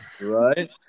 Right